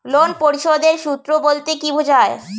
Loan পরিশোধের সূএ বলতে কি বোঝায়?